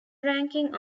ranking